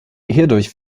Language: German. hierdurch